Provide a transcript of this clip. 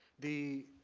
the